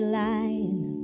line